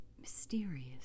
mysterious